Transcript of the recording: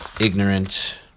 ignorant